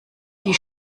die